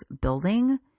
building